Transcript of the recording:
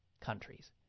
countries